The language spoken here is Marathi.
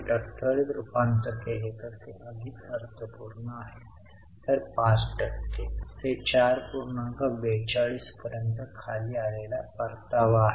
वास्तविक दोघेही वित्तपुरवठ्यात ठीक असतात कारण कधीकधी ते लाभांश देण्या मुळे नकारात्मक ठरतात कारण इथं 5000 भागधारकांना पैसे मिळायला हवेत